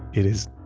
it is,